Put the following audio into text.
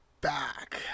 back